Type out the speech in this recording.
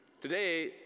Today